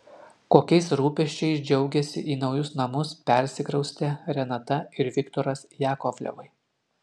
kokiais rūpesčiais džiaugiasi į naujus namus persikraustę renata ir viktoras jakovlevai